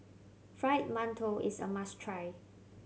Fried Mantou is a must try